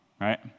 right